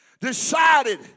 decided